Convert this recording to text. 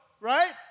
right